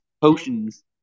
potions